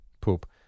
poop